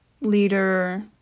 leader